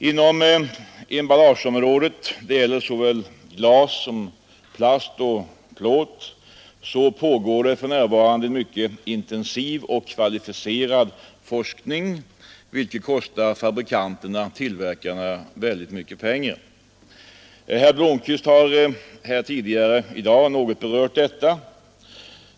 Inom emballageområdet — det gäller såväl glas som plast och plåt — pågår för närvarande en mycket intensiv och kvalificerad forskning, vilket kostar fabrikanterna mycket pengar. Herr Blomkvist har här tidigare i dag något berört detta.